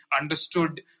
understood